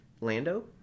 Lando